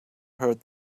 heard